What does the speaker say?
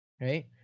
Right